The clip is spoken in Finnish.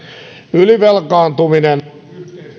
ylivelkaantuminen on yhteiskunnassa kasvava ongelma